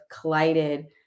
collided